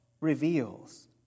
reveals